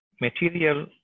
material